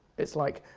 it's like